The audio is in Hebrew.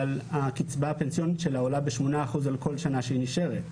אבל הקצבה הפנסיונית שלה עולה ב-8% על כל שנה שהיא נשארת.